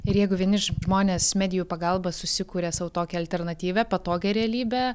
ir jeigu vieni žmonės medijų pagalba susikuria sau tokią alternatyvią patogią realybę